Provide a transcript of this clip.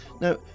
Now